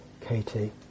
Katie